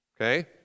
okay